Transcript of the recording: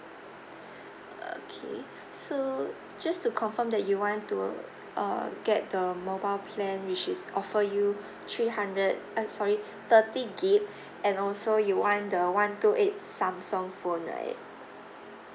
okay so just to confirm that you want to uh get the mobile plan which is offer you three hundred eh sorry thirty gig and also you want the one two eight Samsung phone right